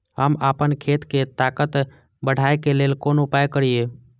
हम आपन खेत के ताकत बढ़ाय के लेल कोन उपाय करिए?